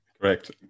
Correct